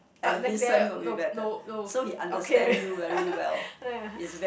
uh next nope no no no okay